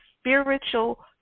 spiritual